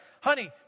honey